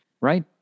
right